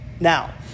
Now